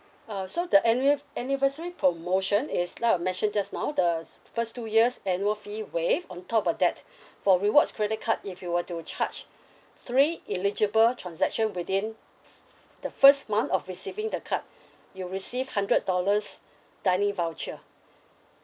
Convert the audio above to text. uh so the anniversary promotion is like I mentioned just now the first two years annual fee waived on top of that for rewards credit card if you were to charge three eligible transaction within the first month of receiving the card you'll receive hundred dollars dining voucher